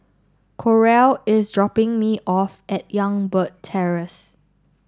Coral is dropping me off at Youngberg Terrace